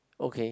okay